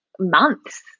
months